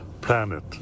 planet